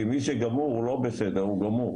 כי מי שגמור הוא לא בסדר הוא גמור.